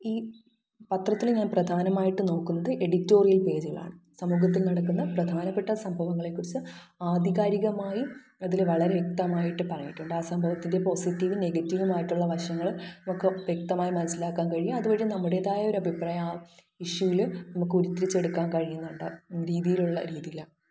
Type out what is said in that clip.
ഈ പത്രത്തിൽ ഞാൻ പ്രധാനമായിട്ടും നോക്കുന്നത് എഡിറ്റോറിയൽ പേജുകളാണ് സമൂഹത്തിൽ നടക്കുന്ന പ്രധാനപ്പെട്ട സംഭവങ്ങളെക്കുറിച്ച് ആധികാരികമായി അതിൽ വളരെ വ്യക്തമായിട്ട് പറഞ്ഞിട്ടുണ്ട് ആ സംഭവത്തിൻ്റെ പോസിറ്റീവും നെഗറ്റീവുമായിട്ടുള്ള വശങ്ങൾ ഒക്കെ വ്യക്തമായി മനസ്സിലാക്കാൻ കഴിയും അതുവഴി നമ്മുടേതായ ഒരു അഭിപ്രായം ആ ഇഷ്യുവിൽ നമുക്ക് ഉരിത്തിരിച്ചെടുക്കാൻ കഴിയുന്നുണ്ട് രീതിയിലുള്ള രീതിയില